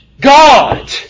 God